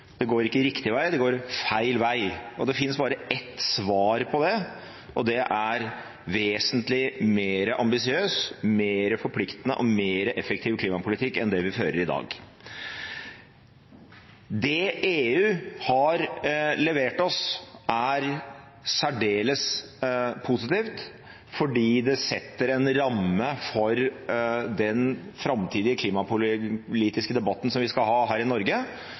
det går ikke riktig vei, det går feil vei. Det finnes bare ett svar på det, og det er: vesentlig mer ambisiøs, mer forpliktende og mer effektiv klimapolitikk enn det vi fører i dag. Det EU har levert oss, er særdeles positivt, fordi det setter en ramme for den framtidige klimapolitiske debatten som vi skal ha her i Norge,